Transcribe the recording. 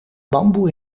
bamboe